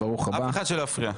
שאף אחד לא יפריע.